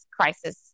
crisis